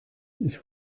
ich